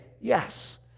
yes